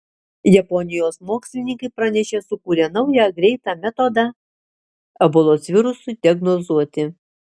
japonijos mokslininkai pranešė sukūrę naują greitą metodą ebolos virusui diagnozuoti